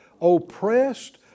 Oppressed